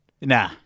nah